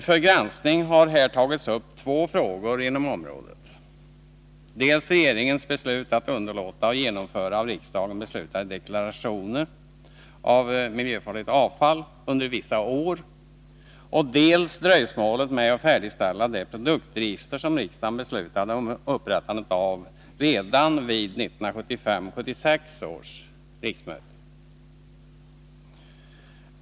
För granskning har här tagits upp två frågor inom området, dels regeringens beslut att underlåta att infordra av riksdagen beslutade deklarationer avseende miljöfarligt avfall under vissa år, dels dröjsmålet med att färdigställa det produktregister om vars upprättande riksdagen beslutade redan vid 1975/76 års riksmöte.